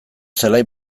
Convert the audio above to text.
zelai